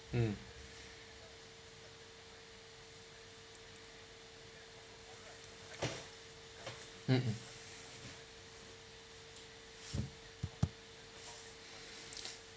mm mmhmm